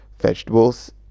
vegetables